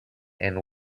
and